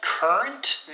Current